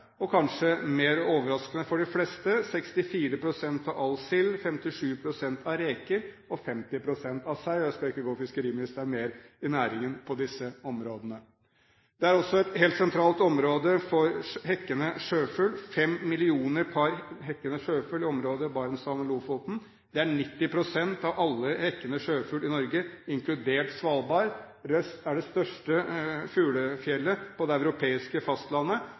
der. Kanskje mer overraskende for de fleste: 64 pst. av all sild, 57 pst. av reker og 50 pst. av sei. Jeg skal ikke gå fiskeriministeren mer i næringen på disse områdene. Det er også et helt sentralt område for hekkende sjøfugl. Det er 5 millioner par hekkende sjøfugl i området Barentshavet/Lofoten. Det er 90 pst. av alle hekkende sjøfugl i Norge, inkludert Svalbard. Røst er det største fuglefjellet på det europeiske fastlandet,